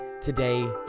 today